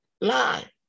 lie